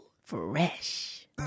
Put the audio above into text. Fresh